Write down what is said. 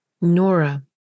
Nora